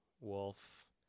wolf